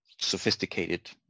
sophisticated